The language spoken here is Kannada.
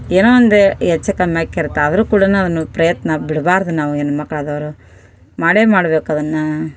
ಏನೋ ಒಂದು ಹೆಚ್ಚು ಕಮ್ಮಿ ಆಗಿರತ್ತೆ ಆದರೂ ಕೂಡ ಅದನ್ನು ಪ್ರಯತ್ನ ಬಿಡಬಾರ್ದು ನಾವು ಹೆಣ್ಣು ಮಕ್ಳಾದವರು ಮಾಡೇ ಮಾಡ್ಬೇಕು ಅದನ್ನು